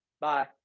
Bye